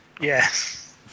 Yes